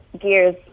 Gears